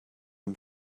dem